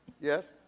Yes